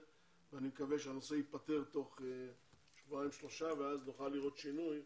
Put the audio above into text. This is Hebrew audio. מקווה שהנושא ייפתר תוך שבועיים שלושה ואז נוכל לראות שינוי,